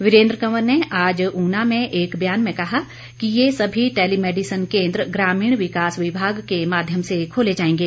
वीरेन्द्र कंवर ने आज ऊना में एक बयान में कहा कि ये सभी टेलीमैडिसन केन्द्र ग्रामीण विकास विभाग के माध्यम से खोले जाएंगे